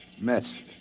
missed